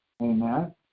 Amen